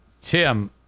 Tim